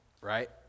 right